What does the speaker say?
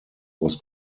was